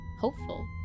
hopeful